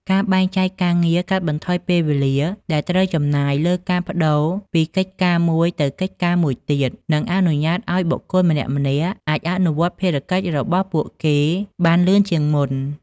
ការបែងចែកការងារកាត់បន្ថយពេលវេលាដែលត្រូវចំណាយលើការប្តូរពីកិច្ចការមួយទៅកិច្ចការមួយទៀត និងអនុញ្ញាតឱ្យបុគ្គលម្នាក់ៗអាចអនុវត្តភារកិច្ចរបស់ពួកគេបានលឿនជាងមុន។